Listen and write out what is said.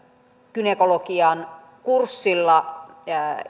gynekologian kurssilla